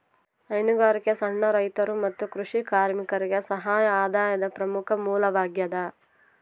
ಹೈನುಗಾರಿಕೆ ಸಣ್ಣ ರೈತರು ಮತ್ತು ಕೃಷಿ ಕಾರ್ಮಿಕರಿಗೆ ಸಹಾಯಕ ಆದಾಯದ ಪ್ರಮುಖ ಮೂಲವಾಗ್ಯದ